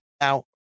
Now